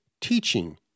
teaching